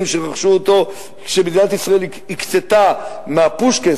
שרכשו אותן כשמדינת ישראל הקצתה מה"פושקעס",